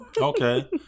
Okay